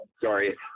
sorry